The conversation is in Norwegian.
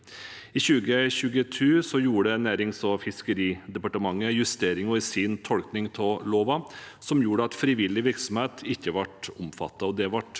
I 2022 gjorde Nærings- og fiskeridepartementet justeringer i sin tolkning av loven, noe som gjorde at frivillig virksomhet ikke ble omfattet.